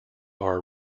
are